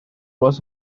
was